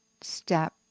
step